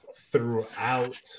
throughout